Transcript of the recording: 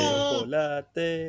Chocolate